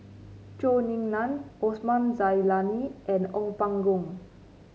Zhou Ying Nan Osman Zailani and Ong Pang Boon